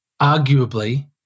arguably